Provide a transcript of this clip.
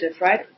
right